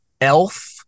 Elf